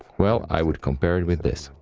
well, i would compare with this.